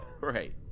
Right